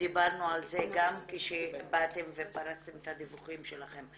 דיברנו על זה גם כשבאתם ופרסתם את הדיווחים שלכם.